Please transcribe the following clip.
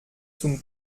zum